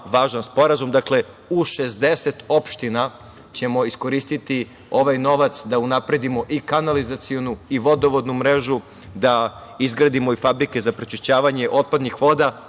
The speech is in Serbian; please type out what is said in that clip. u 60 opština ćemo iskoristiti ovaj novac da unapredimo i kanalizacionu i vodovodnu mrežu, da izgradimo i fabrike za pročišćavanje otpadnih voda.